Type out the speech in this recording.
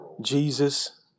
Jesus